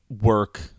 work